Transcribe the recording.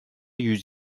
yüz